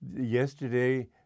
yesterday